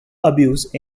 abuse